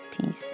peace